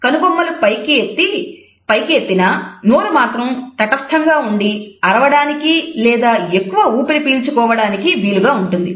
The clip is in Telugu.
కనుబొమ్మలు పైకి ఎత్తి నా నోరు మాత్రం తటస్థంగా ఉండి అరవడానికి లేదా ఎక్కువగా ఊపిరి పీల్చుకోవడానికి వీలుగా ఉంటుంది